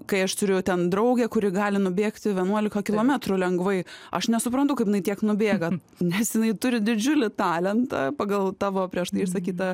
kai aš turiu ten draugę kuri gali nubėgti vienuolika kilometrų lengvai aš nesuprantu kaip jinai tiek nubėga nes jinai turi didžiulį talentą pagal tavo prieš tai išsakytą